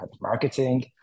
marketing